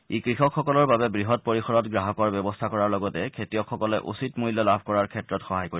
ই কৃষকসকলৰ বাবে বৃহৎ পৰিসৰত গ্ৰাহকৰ ব্যৱস্থা কৰাৰ লগতে খেতিয়কসকলে উচিত মল্য লাভ কৰাৰ ক্ষেত্ৰত সহায় কৰিব